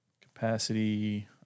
capacity